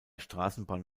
straßenbahn